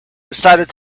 decided